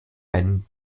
einen